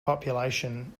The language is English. population